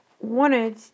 wanted